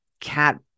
cat